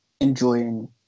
enjoying